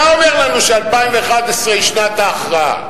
אתה אומר לנו ש-2011 היא שנת ההכרעה.